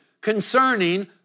concerning